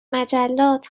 مجلات